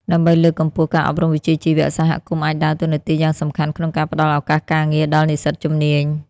ដើម្បីលើកកម្ពស់ការអប់រំវិជ្ជាជីវៈ សហគមន៍អាចដើរតួនាទីយ៉ាងសំខាន់ក្នុងការផ្តល់ឱកាសការងារដល់និស្សិតជំនាញ។